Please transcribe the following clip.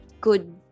good